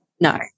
no